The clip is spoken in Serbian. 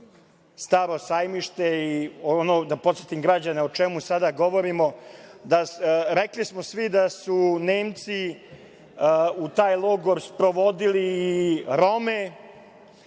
„Staro sajmište“ i da podsetim građane o čemu sada govorimo. Rekli smo svi da su Nemci u taj logor sprovodili i Rome,